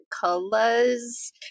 colors